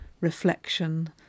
reflection